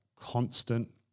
constant